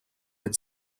had